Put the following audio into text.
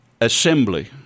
assembly